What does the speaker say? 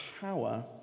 power